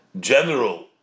general